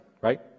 right